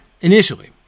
initially